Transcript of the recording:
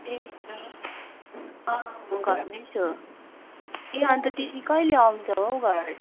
ए घरमै छु ए अन्त तिमी कहिले आउँछौ हौ घर